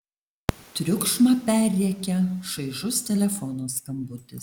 triukšmą perrėkia šaižus telefono skambutis